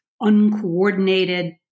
uncoordinated